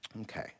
Okay